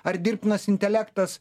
ar dirbtinas intelektas